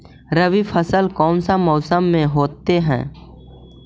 रवि फसल कौन सा मौसम में होते हैं?